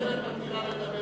גברתי היושבת-ראש,